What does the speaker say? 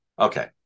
okay